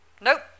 Nope